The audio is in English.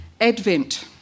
Advent